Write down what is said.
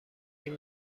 این